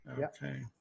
Okay